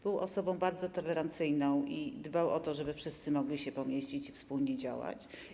Był osobą bardzo tolerancyjną i dbał o to, żeby wszyscy mogli się pomieścić i wspólnie działać.